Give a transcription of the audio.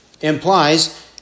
implies